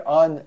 on